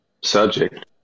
subject